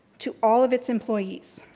to all of its employees.